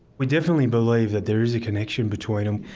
we definitely believe that there is a connection between them.